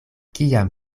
kiam